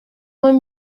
vingt